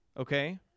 okay